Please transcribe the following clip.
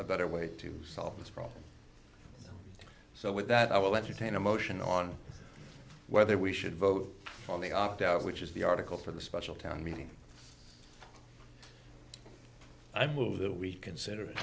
a better way to solve this problem so with that i will let you take the motion on whether we should vote on the opt out which is the article for the special town meeting i move that we consider i